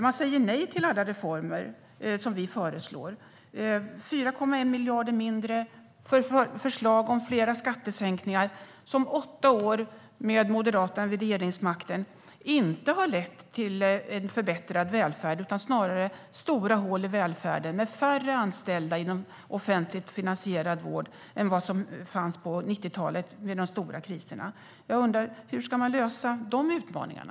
Man säger nej till alla reformer som vi föreslår. Man föreslår 4,1 miljarder mindre och fler skattesänkningar. Åtta år med Moderaterna vid regeringsmakten har inte lett till en förbättrad välfärd. Snarare har det lett till stora hål i välfärden med färre anställda inom offentligt finansierad vård än på 90-talet med de stora kriserna. Hur ska man lösa de utmaningarna?